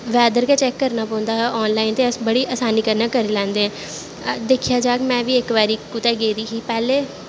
weather गै check करनां पौंदा आनलाईन ते अस बड़ी आसानी कन्नैं करी लैंदे दिक्केा जाह्ग में बी कुदै गेदी ही पैह्लें